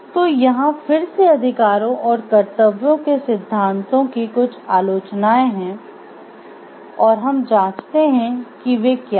तो यहाँ फिर से अधिकारों और कर्तव्यों के सिद्धांतों की कुछ आलोचनाएं हैं और हम जांचते है कि वे क्या हैं